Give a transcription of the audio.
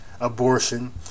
abortion